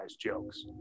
jokes